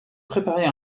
préparer